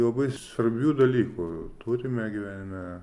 labai svarbių dalykų turime gyvenime